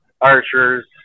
archers